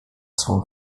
swą